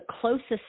closest